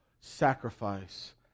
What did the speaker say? sacrifice